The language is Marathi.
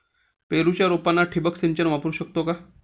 पेरूच्या रोपांना ठिबक सिंचन वापरू शकतो का?